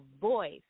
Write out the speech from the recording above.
voice